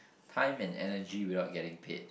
time and energy without getting paid